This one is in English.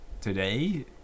today